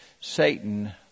Satan